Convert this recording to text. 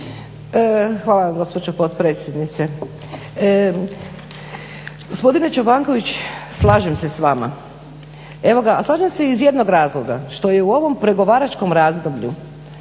Gospodine Čobanković, slažem se s vama. Evo ga, a slažem se iz jednog razloga, što je u ovom pregovaračkom razdoblju